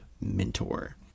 mentor